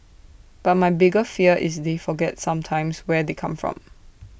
but my bigger fear is they forget sometimes where they come from